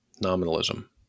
nominalism